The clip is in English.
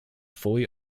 fully